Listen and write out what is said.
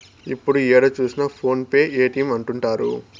ఇప్పుడు ఏడ చూసినా ఫోన్ పే పేటీఎం అంటుంటారు